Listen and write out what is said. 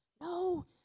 no